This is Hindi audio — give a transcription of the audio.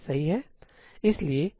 इसलिए कोई अन्य निर्भरता नहीं है